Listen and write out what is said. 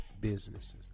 businesses